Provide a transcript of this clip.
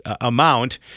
amount